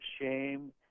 shame